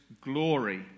glory